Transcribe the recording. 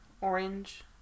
orange